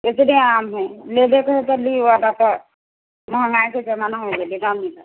इतने आम है लेबयके है तऽ लियऽ नहि तऽ महॅंगाइ के जमाना भय गेले ना मिलत